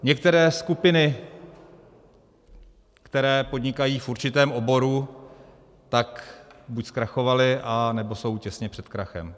Některé skupiny, které podnikají v určitém oboru, buď zkrachovaly, anebo jsou těsně před krachem.